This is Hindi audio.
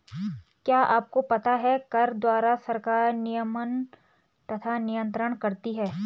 क्या आपको पता है कर द्वारा सरकार नियमन तथा नियन्त्रण करती है?